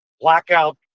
blackout